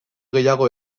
gehiago